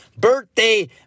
birthday